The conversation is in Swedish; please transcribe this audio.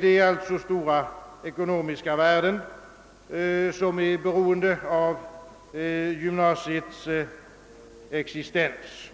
Det är alltså stora ekonomiska värden som beror av gymnasiets existens,